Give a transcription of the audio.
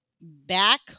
Back